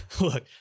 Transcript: look